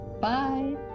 Bye